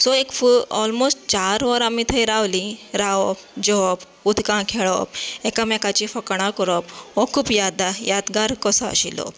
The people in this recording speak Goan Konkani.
सो एक ऑलमोस्ट एक चार वर आमी थंय रावली रावप जेवप उदकांत खेळप एकामेकाची फकाणां करप हो खूब याद यादगार कसो आशिल्लो